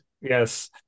yes